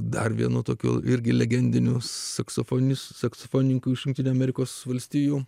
dar vienu tokiu irgi legendinius saksofonistu saksofonininku iš jungtinių amerikos valstijų